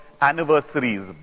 anniversaries